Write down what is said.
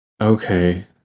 okay